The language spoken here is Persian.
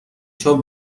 چون